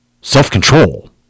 self-control